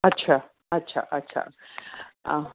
अच्छा अच्छा अच्छा हा